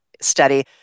study